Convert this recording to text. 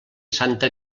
santa